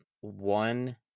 One